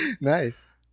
nice